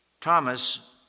Thomas